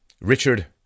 Richard